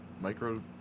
micro